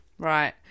Right